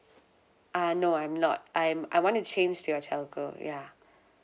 uh no I'm not I'm I want to change to your telco ya